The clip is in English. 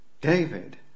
David